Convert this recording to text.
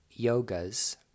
yogas